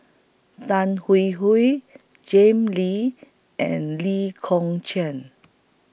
Tan Hwee Hwee Jim Lee and Lee Kong Chian